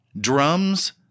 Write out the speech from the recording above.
drums